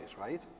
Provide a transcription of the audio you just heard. right